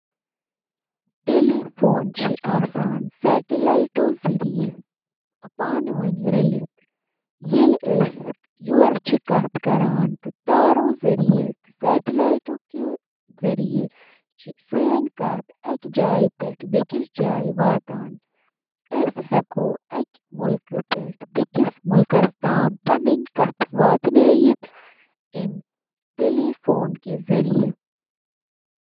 Oven چھِ اکھ بند جاے یۄس گرم ماحولس سۭتۍ انٛدۍ پٔکۍ کھٮ۪ن رننہٕ خٲطرٕ گرمی ہُنٛد استعمال چھِ کران۔ اوون چُھ کھین پکنہٕ تہٕ نمی ہٹاونہٕ خٲطرٕ مُنٲسِب درجہ حرارت، نمی تہٕ گرمی ہُنٛد بہاؤ تہِ برقرار تھاوان۔